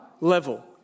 level